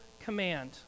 command